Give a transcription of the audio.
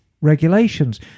regulations